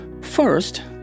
First